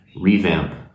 revamp